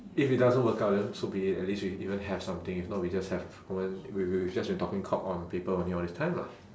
if it doesn't work out then so be it at least we even have something if not we just have common we we've just been talking cock on paper only all this time lah